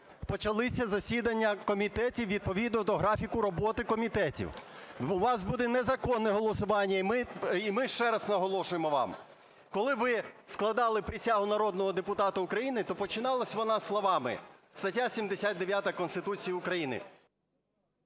почалися засідання комітетів відповідно до графіку роботи комітетів. У вас буде незаконне голосування. І ми ще раз наголошуємо вам, коли ви складали присягу народного депутата України, то починалася вона словами, стаття 79 Конституції України…